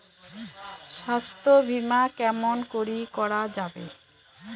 স্বাস্থ্য বিমা কেমন করি করা যাবে?